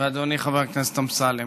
ואדוני חבר הכנסת אמסלם.